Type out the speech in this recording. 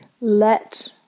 let